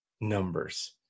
numbers